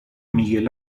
miguel